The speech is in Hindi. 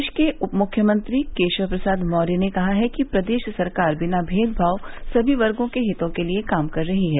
प्रदेश के उपमुख्यमंत्री केशव प्रसाद मौर्य ने कहा है कि प्रदेश सरकार बिना भेदभाव सभी वर्गों के हितों के लिए काम कर रही है